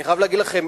אני חייב להגיד לכם,